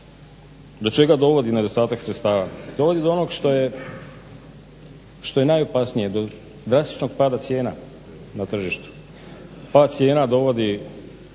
Do čega dovodi nedostatak sredstava? Dovodi do onog što je najopasnije, do drastičnog pada cijena na tržištu. Pad cijena dovodi